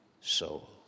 soul